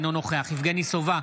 אינו נוכח יבגני סובה,